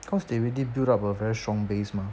cause they already built up a very strong base mah